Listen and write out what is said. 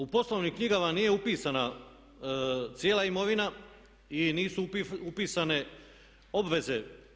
U poslovnim knjigama nije upisana cijela imovina i nisu upisane obveze.